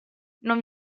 non